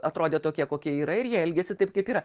atrodė tokie kokie yra ir jie elgėsi taip kaip yra